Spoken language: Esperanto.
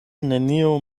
nenio